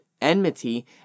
enmity